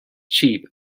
cheap